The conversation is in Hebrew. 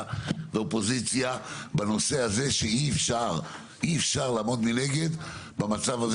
ואופוזיציה בנושא הזה שאי אפשר לעמוד מנגד במצב הזה